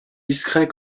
discrets